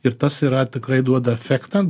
ir tas yra tikrai duoda efektą